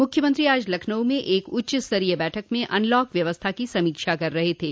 मुख्यमंत्री आज लखनऊ में एक उच्च स्तरीय बैठक में अनलॉक व्यवस्था की समीक्षा कर रहे थे